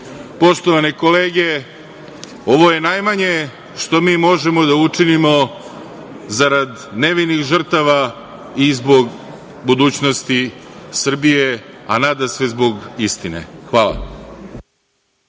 Srbije. Poštovane kolege, ovo je najmanje što mi možemo da učinimo zarad nevinih žrtava i zbog budućnosti Srbije, a nadasve zbog istine. Hvala.